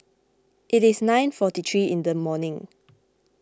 it is nine forty three in the morning